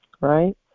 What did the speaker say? Right